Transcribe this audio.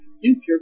future